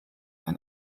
ein